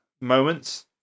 moments